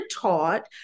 taught